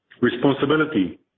Responsibility